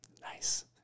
Nice